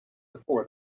before